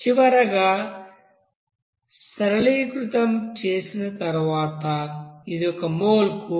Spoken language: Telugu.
చివరగా సరళీకృతం చేసిన తరువాత ఇది ఒక మోల్కు 1366